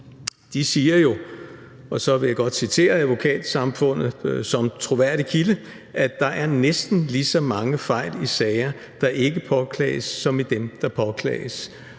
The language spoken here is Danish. viser jo – og her vil jeg godt citere Advokatsamfundet som troværdig kilde – at der er næsten lige så mange fejl i sager, der ikke påklages, som i dem, der påklages.